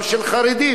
גם של חרדים,